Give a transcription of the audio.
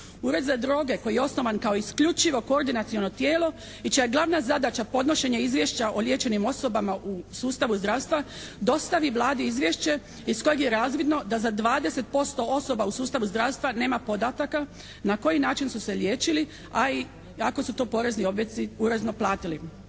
Ured za droge koji je osnovan kao isključivo koordinaciono tijelo i čija je glavna zadaća podnošenje izvješća o liječenim osobama u sustavu zdravstva, dostavi Vladi izvješće iz kojeg je razvidno da za 20% osoba u sustavu zdravstva nema podataka na koji način su se liječili, a i ako su to porezni obveznici uredno platili.